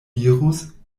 dirus